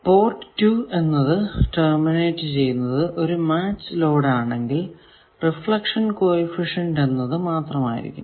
port 2 എന്നത് terminate ചെയ്യുന്നത് ഒരു മാച്ച് ലോഡ് ആണെങ്കിൽ റിഫ്ലക്ഷൻ കോ എഫിഷ്യന്റ് എന്നത് മാത്രമായിരിക്കും